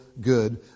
good